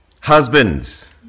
Husbands